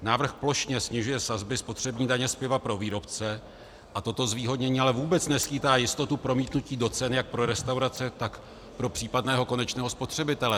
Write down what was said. Návrh plošně snižuje sazby spotřební daně z piva pro výrobce, toto zvýhodnění ale vůbec neskýtá jistotu promítnutí do cen jak pro restaurace, tak pro případného konečného spotřebitele.